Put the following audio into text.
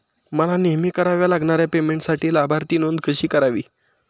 मला नेहमी कराव्या लागणाऱ्या पेमेंटसाठी लाभार्थी नोंद कशी करावी?